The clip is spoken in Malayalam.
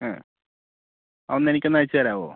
ആ അതൊന്ന് എനിക്ക് അയച്ചു തരാമോ